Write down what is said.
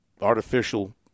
artificial